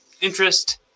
interest